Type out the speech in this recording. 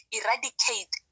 eradicate